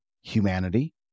humanity